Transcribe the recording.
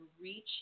reach